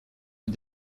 eux